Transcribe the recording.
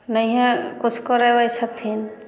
नहिए किछु करबै छथिन